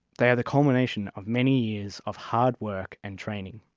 they are the culmination of many years of hard work and training.